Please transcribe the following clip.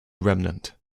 remnant